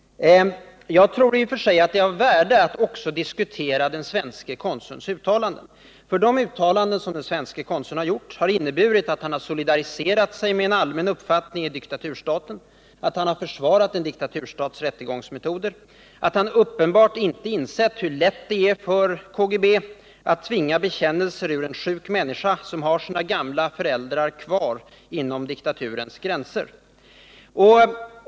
Jag tror i och för sig att det är av värde att också diskutera den svenske konsulns uttalanden, för de uttalanden som han har gjort har inneburit att han solidariserat sig med en allmän uppfattning i diktaturstaten, att han har försvarat en diktaturstats rättegångsmetoder och att han uppenbarligen inte insett hur lätt det är för KGB att tvinga bekännelser ur en sjuk människa som har sina gamla föräldrar inom diktaturens gränser.